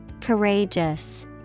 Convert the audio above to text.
Courageous